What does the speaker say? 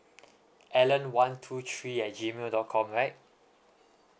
allen one two three at G mail dot com right